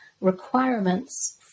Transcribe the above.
requirements